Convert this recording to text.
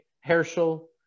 Herschel